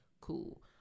cool